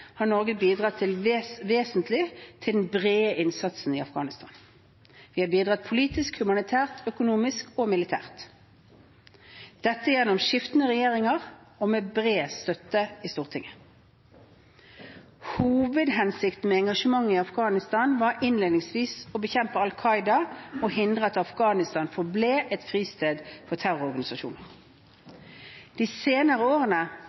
har Norge bidratt vesentlig til den brede innsatsen i Afghanistan. Vi har bidratt politisk, humanitært, økonomisk og militært – gjennom skiftende regjeringer og med bred støtte i Stortinget. Hovedhensikten med engasjementet i Afghanistan var innledningsvis å bekjempe Al Qaida og hindre at Afghanistan forble et fristed for terrororganisasjoner. De senere årene